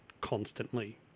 constantly